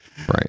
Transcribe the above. Right